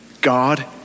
God